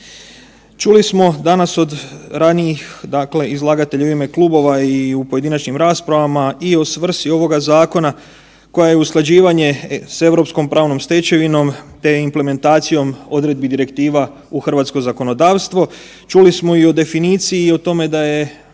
Čuli smo danas od ranijih, dakle izlagatelja i u ime klubova i u pojedinačnim raspravama i o svrsi ovoga zakona koja je usklađivanje s Europskom pravnom stečevinom, te implementacijom odredbi direktiva u hrvatsko zakonodavstvo. Čuli smo i o definiciji i o tome da je